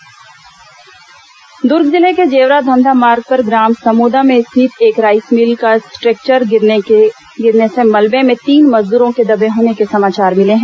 द्र्ग हादसा दुर्ग जिले के जेवरा धमधा मार्ग पर ग्राम समोदा में स्थित एक राईस मिल का स्ट्रेक्चर गिरने से मलबे में तीन मजदूरों के दबे होने के समाचार मिले हैं